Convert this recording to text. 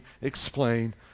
explain